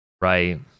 Right